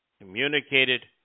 communicated